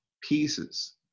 pieces